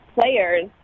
players